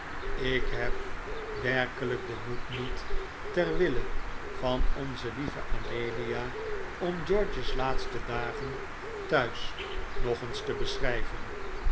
ik heb werkelijk den moed niet ter wille van onze lieve amelia om george's laatste dagen thuis nog eens te beschrijven